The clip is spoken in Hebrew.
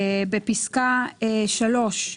בפסקה (3)